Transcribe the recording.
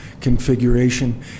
configuration